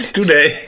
Today